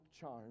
charm